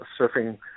surfing